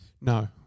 No